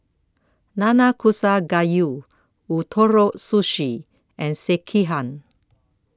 Nanakusa Gayu Ootoro Sushi and Sekihan